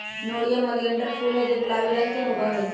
nerium oleander फूल हैं जो गुलाबी रंग के होबा हई